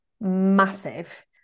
massive